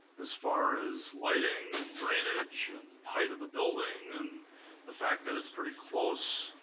as far as lighting and drainage, and height of the building and the fact that it's pretty close.